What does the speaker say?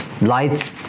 lights